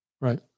Right